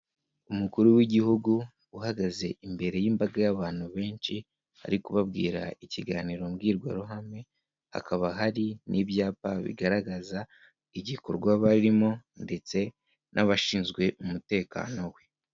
Umukuru w'igihugu, uhagaze imbere y'imbaga y'abantu benshi, ari kubabwira ikiganiro mbwirwaruhame, hakaba hari n'ibyapa bigaragaza igikorwa barimo ndetse n'abashinzwe umutekano we.